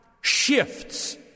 shifts